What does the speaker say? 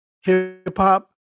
hip-hop